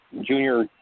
Junior